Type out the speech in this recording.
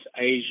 Asia